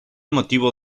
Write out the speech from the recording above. motivo